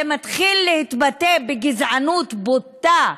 זה מתחיל להתבטא בגזענות בוטה.